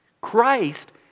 Christ